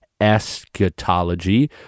eschatology